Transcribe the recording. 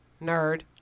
Nerd